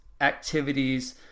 activities